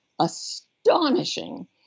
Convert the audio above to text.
astonishing